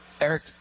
Eric